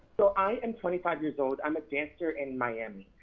so i am twenty five years old. i'm a dancer in miami.